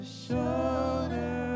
shoulder